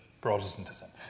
Protestantism